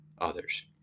others